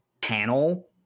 panel